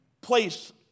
place